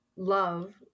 Love